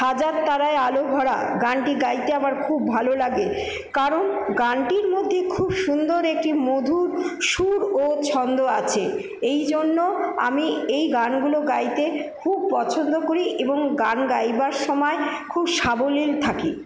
হাজার তারায় আলো ভরা গানটি গাইতে আমার খুব ভালো লাগে কারণ গানটির মধ্যে খুব সুন্দর একটি মধুর সুর ও ছন্দ আছে এই জন্য আমি এই গানগুলো গাইতে খুব পছন্দ করি এবং গান গাইবার সময় খুব সাবলীল থাকি